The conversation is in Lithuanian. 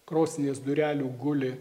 krosnies durelių guli